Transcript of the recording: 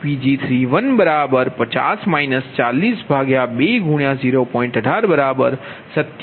1030MWઅને Pg350 4020